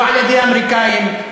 לא על-ידי האמריקנים,